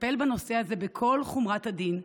לטפל בנושא הזה בכל חומרת הדין,